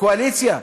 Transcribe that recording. הקואליציה,